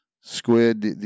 Squid